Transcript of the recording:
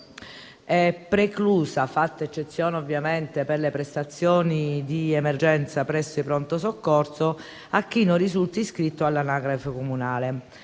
è preclusa, fatta eccezione ovviamente per le prestazioni di emergenza presso i pronto soccorso, a chi non risulti iscritto all'anagrafe comunale.